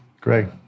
Greg